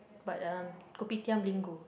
but uh kopitiam lingo